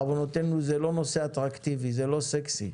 בעוונותינו, זה לא נושא אטרקטיבי, זה לא סקסי.